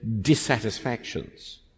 dissatisfactions